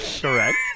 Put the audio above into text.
Correct